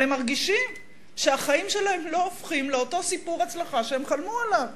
אבל הם מרגישים שהחיים שלהם לא הופכים לאותו סיפור הצלחה שהם חלמו עליו.